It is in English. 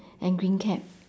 and green cap